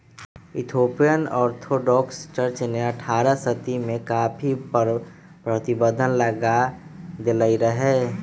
Ethiopian orthodox church ने अठारह सदी में कॉफ़ी पर प्रतिबन्ध लगा देलकइ रहै